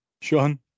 Sean